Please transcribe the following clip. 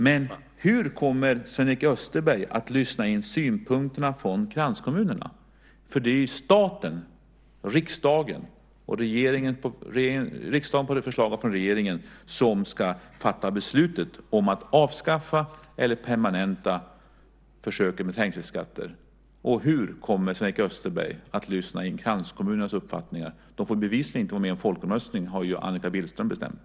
Men hur kommer Sven-Erik Österberg att lyssna in synpunkterna från kranskommunerna? Det är staten, riksdagen på förslag från regeringen, som ska fatta beslutet om att avskaffa eller permanenta försöken med trängselskatter. Hur kommer Sven-Erik Österberg att lyssna in kranskommunernas uppfattningar? De får bevisligen inte vara med om folkomröstningen. Det har ju Annika Billström bestämt.